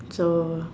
so